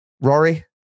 Rory